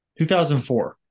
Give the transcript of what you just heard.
2004